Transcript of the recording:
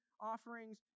offerings